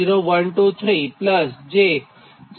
00264 થાય